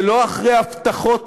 ולא אחרי הבטחות